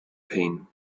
pain